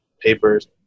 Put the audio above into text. papers